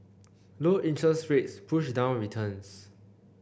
low interest rates push down returns